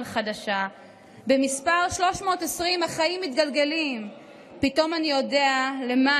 חדשה // במספר 320 / החיים מתגלגלים / פתאום אני יודע / למה